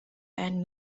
and